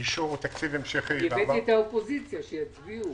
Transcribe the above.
אישור תקציב המשכי --- אני הבאתי את האופוזיציה שיצביעו.